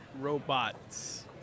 robots